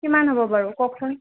কিমান হ'ব বাৰু কওকচোন